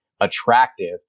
attractive